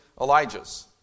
Elijah's